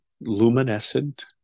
luminescent